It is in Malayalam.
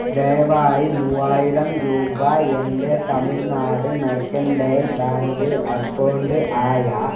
ദയവായി മൂവായിരം രൂപ എൻ്റെ തമിഴ്നാട് മെർക്കെണ്ടയൽ ബാങ്ക് അക്കൗണ്ട് ആയ